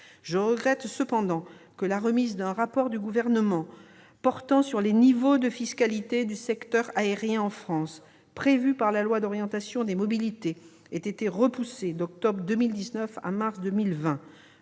Je regrette cependant que la remise d'un rapport du Gouvernement portant sur les niveaux de fiscalité du secteur aérien en France, prévue dans le projet de loi d'orientation des mobilités, ait été repoussée d'octobre 2019 à mars 2020.